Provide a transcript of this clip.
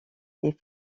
est